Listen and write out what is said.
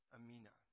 Amina